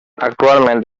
actualment